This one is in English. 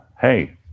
Hey